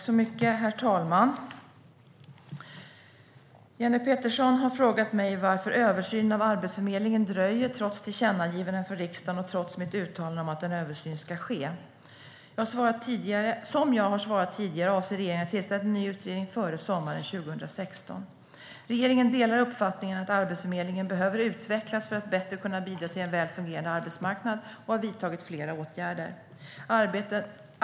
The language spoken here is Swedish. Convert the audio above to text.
Herr talman! Jenny Petersson har frågat mig varför översynen av Arbetsförmedlingen dröjer trots tillkännagivanden från riksdagen och trots mitt uttalande om att en översyn ska ske. Som jag har svarat tidigare avser regeringen att tillsätta en ny utredning före sommaren 2016. Regeringen delar uppfattningen att Arbetsförmedlingen behöver utvecklas för att bättre kunna bidra till en väl fungerande arbetsmarknad och har vidtagit flera åtgärder.